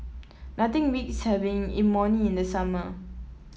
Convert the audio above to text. nothing beats having Imoni in the summer